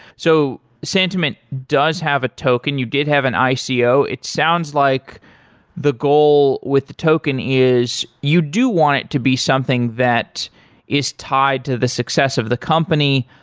so santiment does have a token. you did have an ico. it sounds like the goal with token is you do want it to be something that is tied to the success of the company,